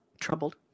troubled